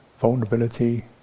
vulnerability